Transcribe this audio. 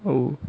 oh